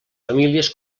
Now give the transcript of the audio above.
famílies